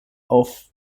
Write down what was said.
auf